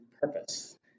purpose